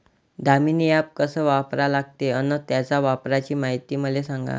Damini app कस वापरा लागते? अन त्याच्या वापराची मायती मले सांगा